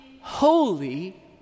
holy